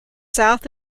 south